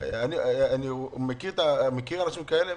אני מכיר אנשים כאלה.